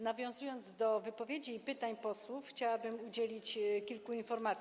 Nawiązując do wypowiedzi i pytań posłów, chciałabym udzielić kilku informacji.